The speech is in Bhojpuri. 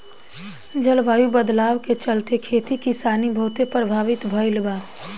जलवायु बदलाव के चलते, खेती किसानी बहुते प्रभावित भईल बा